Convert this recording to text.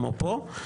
כמו פה,